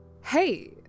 Hey